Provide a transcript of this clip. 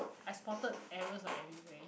I spotted errors like everywhere